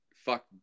Fuck